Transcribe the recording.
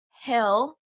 Hill